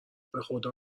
بخدا